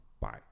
Bye